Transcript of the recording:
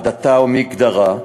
עדתה ומגדרה,